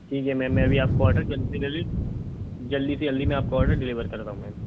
ठीक है मैम मैं अभी आपका आर्डर जल्दी से जल्दी जल्दी से जल्दी मैं आपका आर्डर डिलिवर कर रहा हूँ मैम